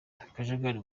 akajagari